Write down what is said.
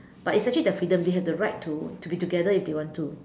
but it's actually their freedom they have to right to to be together if they want to